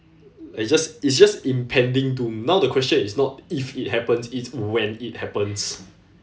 it's just it's just impending to now the question now is not if it happens it's when it happens